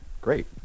great